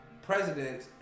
Presidents